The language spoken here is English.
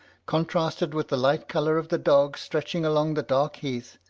contrasted with the light colour of the dogs stretching along the dark heath,